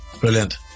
Brilliant